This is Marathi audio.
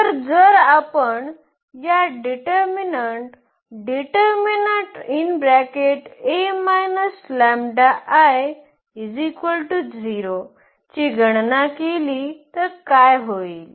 तर जर आपण या ची गणना केली तर काय होईल